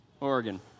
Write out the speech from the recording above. Oregon